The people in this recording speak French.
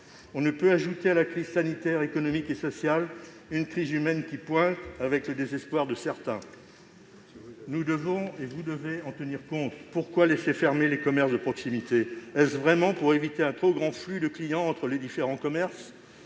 On ne peut ajouter à la crise sanitaire, économique et sociale une crise humaine qui pointe avec le désespoir de certains. Monsieur le Premier ministre, vous devez en tenir compte ! Pourquoi laisser fermés les commerces de proximité ? Est-ce vraiment pour éviter un trop grand flux de clients entre les différents commerces ?